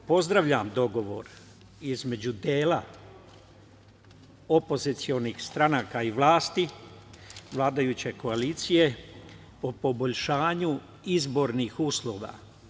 Pozdravljam dogovor između dela opozicionih stranaka i vlasti vladajuće koalicije o poboljšanju izbornih uslova.